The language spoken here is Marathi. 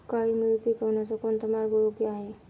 काळी मिरी पिकवण्याचा कोणता मार्ग योग्य आहे?